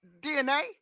DNA